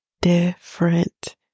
different